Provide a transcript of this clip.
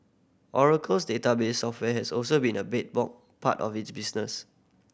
Oracle's database software has also been a bedrock part of its business